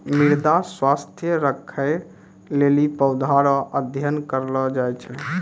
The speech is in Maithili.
मृदा स्वास्थ्य राखै लेली पौधा रो अध्ययन करलो जाय छै